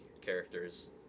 characters